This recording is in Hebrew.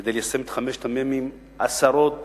כדי ליישם את חמשת המ"מים, עשרות